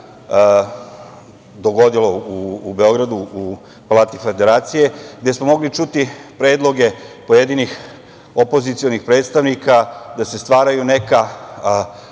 dogodilo u Beogradu, u Palati federacije, gde smo mogli čuti predloge pojedinih opozicionih predstavnika, da se stvaraju neka,